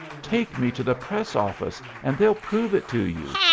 take me to the press office, and they'll prove it to you.